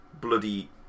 bloody